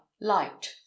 light